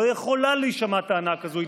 לא יכולה להישמע טענה כזאת.